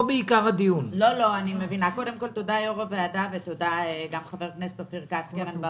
מבקש מחבר הכנסת אופיר כץ שניהל